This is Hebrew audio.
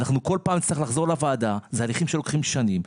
אנחנו כל פעם נצטרך לחזור לוועדה ואלה הליכים שלוקחים שנים.